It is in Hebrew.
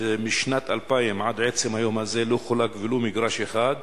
שמשנת 2000 עד עצם היום הזה לא חולק שם ולו מגרש אחד,